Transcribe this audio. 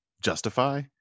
justify